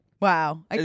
Wow